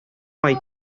май